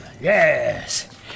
yes